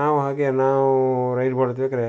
ನಾವು ಹಾಗೇ ನಾವು ರೈಡ್ ಮಾಡ್ತಿರ್ಬೇಕಾರೆ